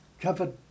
covered